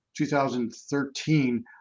2013